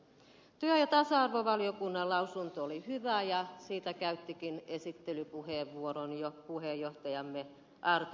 työ ja tasa arvovaliokunnan lausunto oli hyvä ja siitä käyttikin esittelypuheenvuoron jo puheenjohtajamme arto satonen